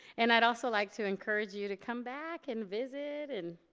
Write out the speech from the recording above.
and i'd also like to encourage you to come back and visit and